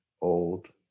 old